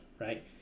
Right